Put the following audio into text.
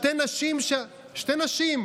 שתי נשים: